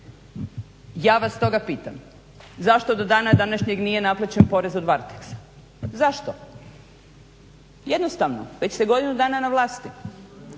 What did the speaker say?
Ja vas stoga pitam zašto do dana današnjeg nije naplaćen porez od Varteksa, zašto. Jednostavno, već ste godinu na vlasti,